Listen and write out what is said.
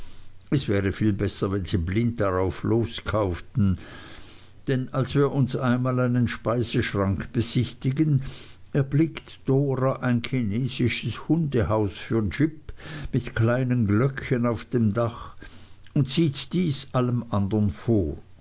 es wäre viel besser wenn sie blind drauflos kauften denn als wir uns einmal einen speiseschrank besichtigen erblickt dora ein chinesisches hundehaus für jip mit kleinen glöckchen auf dem dach und zieht dieses allem andern vor